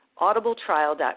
audibletrial.com